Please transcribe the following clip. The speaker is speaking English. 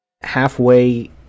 halfway